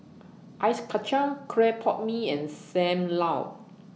Ice Kacang Clay Pot Mee and SAM Lau